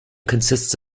consists